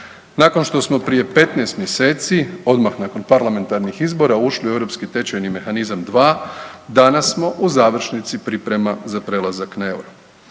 Nakon što smo prije 15 mjeseci, odmah nakon parlamentarnih izbora ušli u europski tečajni mehanizam dva danas smo u završnici priprema za prelazak na euro.